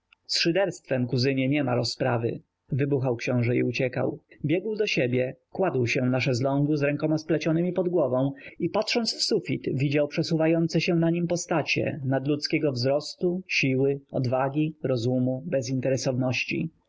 lichym aktorem z szyderstwem kuzynie niema rozprawy wybuchał książe i uciekał biegł do siebie kładł się na szeslągu z rękoma splecionemi pod głową i patrząc w sufit widział przesuwające się na nim postacie nadludzkiego wzrostu siły odwagi rozumu bezinteresowności to